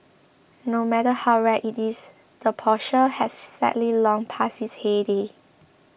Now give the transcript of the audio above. no matter how rare it is the Porsche has sadly long passed its heyday